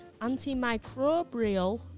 antimicrobial